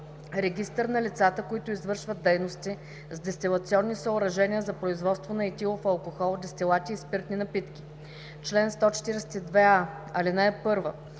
Регистър на лицата, които извършват дейности с дестилационни съоръжения за производство на етилов алкохол, дестилати и спиртни напитки Чл. 142а. (1) Създава